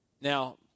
Now